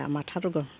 মাথাটো গ